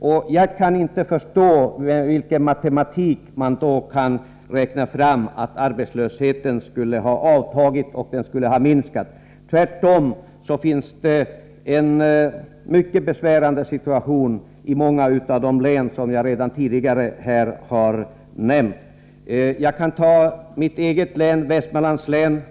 Jag kan därför inte förstå med vilken matematik man kan räkna fram att arbetslösheten skulle ha avtagit. Tvärtom är det en mycket besvärande situation i många av de län som jag redan tidigare har nämnt. Jag kan ta mitt eget län, Västmanlands län.